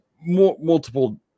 multiple